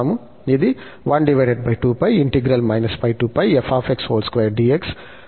కాబట్టి మనకు ఉంది